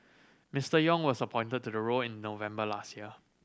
Mister Yong was appointed to the role in November last year